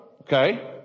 Okay